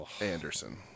Anderson